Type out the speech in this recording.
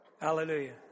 Hallelujah